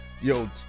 Yo